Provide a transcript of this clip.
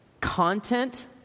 content